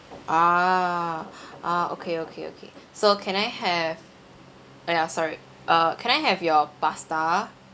ah ah okay okay okay so can I have ah ya sorry uh can I have your pasta